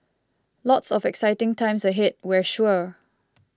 lots of exciting times ahead we're sure